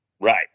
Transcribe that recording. Right